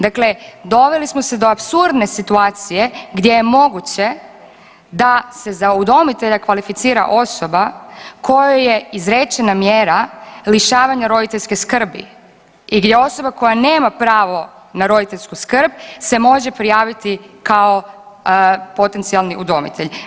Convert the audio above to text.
Dakle, doveli smo se do apsurdne situacije gdje je moguće da se za udomitelja kvalificira osoba kojoj je izrečena mjera lišavanja roditeljske skrbi i gdje osoba koja nema pravo na roditeljsku skrb se može prijaviti kao potencijalni udomitelj.